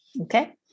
Okay